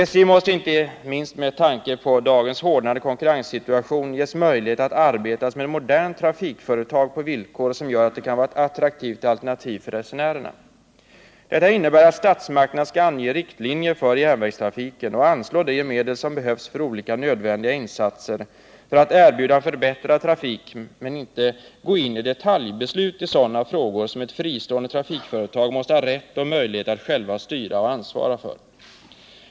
SJ måste inte minst med tanke på dagens hårdnande konkurrenssituation ges möjlighet att arbeta som ett modernt trafikföretag på villkor som gör att SJ kan vara ett Detta innebär att statsmakterna skall ange riktlinjer för järnvägstrafiken och anslå de medel som behövs för olika nödvändiga insatser för att erbjuda en förbättrad trafik, men inte gå in i detaljbeslut i sådana frågor som ett fristående trafikföretag måste ha rätt och möjlighet att självt styra och ansvara för.